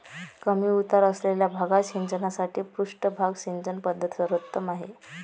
कमी उतार असलेल्या भागात सिंचनासाठी पृष्ठभाग सिंचन पद्धत सर्वोत्तम आहे